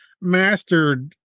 mastered